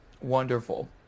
Wonderful